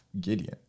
gideon